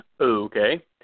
Okay